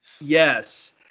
yes